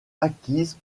acquises